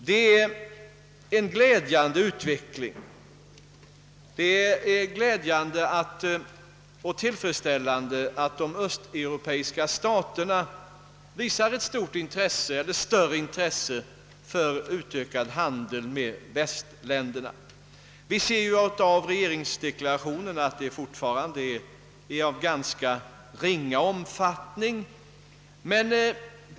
Det är en glädjande utveckling, och det är tillfredsställande att de östeuropeiska staterna visar ett större intresse för ökad handel med västländerna. Vi ser i regeringsdeklarationen att handelsutbytet fortfarande är av ganska ringa omfattning.